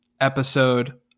episode